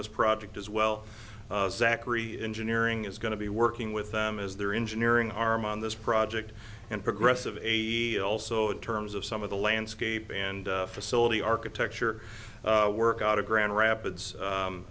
this project as well engineering is going to be working with them as their engineering arm on this project and progress of a t l so in terms of some of the landscape and facility architecture work out a grand rapids